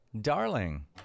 darling